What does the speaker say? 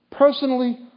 Personally